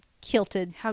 Kilted